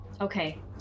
Okay